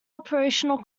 operational